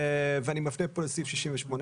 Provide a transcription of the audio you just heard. ואני מפנה פה לסעיף 68א,